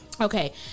Okay